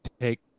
take